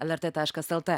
lrt taškas lt